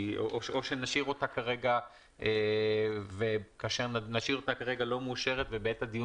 או שנשאיר אותה כרגע לא מאושרת ובעת הדיון